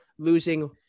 losing